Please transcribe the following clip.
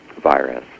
virus